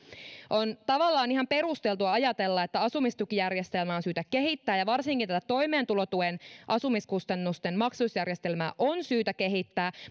on tavallaan ihan perusteltua ajatella että asumistukijärjestelmää on syytä kehittää ja varsinkin tätä toimeentulotuen asumiskustannusten maksamisjärjestelmää on syytä kehittää